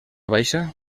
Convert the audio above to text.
baixa